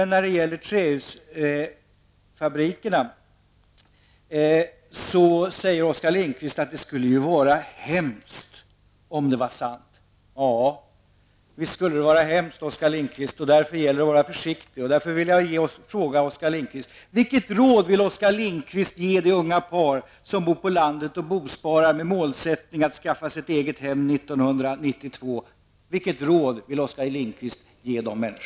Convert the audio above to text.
När det gäller trähusfabrikernas problem säger Oskar Lindkvist att det skulle vara hemskt om det var sant. Ja, visst skulle det vara hemskt, Oskar Lindkvist! Därför gäller det att vara försiktig. Jag vill fråga Oskar Lindkvist vilket råd han vill ge det unga par som bor på landet och bosparar med målsättning att skaffa eget hem 1992.